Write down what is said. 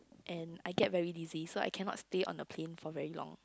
and I get very dizzy so I cannot stay on the plane for very long